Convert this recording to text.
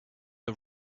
are